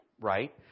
right